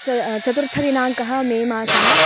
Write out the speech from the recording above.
च चतुर्थदिनाङ्कः मे मासः